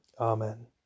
Amen